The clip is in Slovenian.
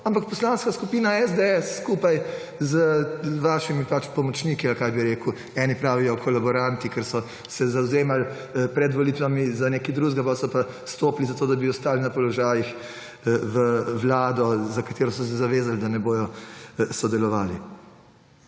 ampak Poslanska skupina SDS skupaj z vašimi pomočniki ali kaj bi rekel, eni pravijo kolaboranti, ker so se zavzemali pred volitvami za nekaj drugega, potem so pa vstopili, zato da bi ostali na položajih, v Vlado, za katero so se zavezali, da v njej ne bodo sodelovali.